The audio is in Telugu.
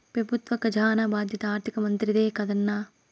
పెబుత్వ కజానా బాధ్యత ఆర్థిక మంత్రిదే కదన్నా